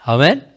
Amen